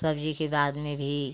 सब्ज़ी के बाद में भी